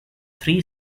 three